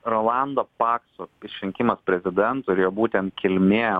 rolando pakso išrinkimas prezidentu ir jo būtent kilmė